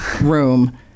room